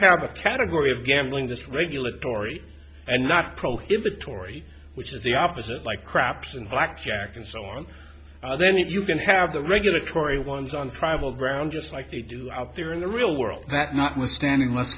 have a category of gambling this regulatory and not prohibitory which is the opposite like craps and blackjack and so on then you can have the regulatory ones on tribal ground just like they do out there in the real world that notwithstanding let's